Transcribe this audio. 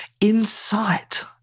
insight